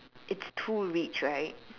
it's too rich right